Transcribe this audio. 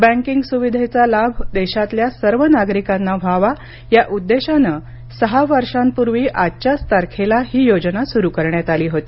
banking सुविधेचा लाभ देशातल्या सर्व नागरिकांना व्हावा या उद्देशानं सहा वर्षांपूर्वी आजच्याच तारखेला ही योजना सुरू करण्यात आली होती